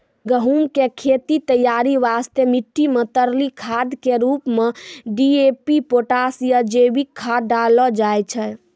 गहूम के खेत तैयारी वास्ते मिट्टी मे तरली खाद के रूप मे डी.ए.पी पोटास या जैविक खाद डालल जाय छै